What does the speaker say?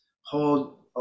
hold